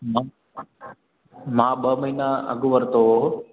मां ॿ महीना अॻु वरितो हुओ